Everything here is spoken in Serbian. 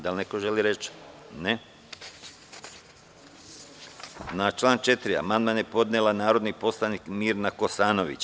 Da li neko želi reč? (Ne) Na član 4. amandman je podnela narodni poslanik Mirna Kosanović.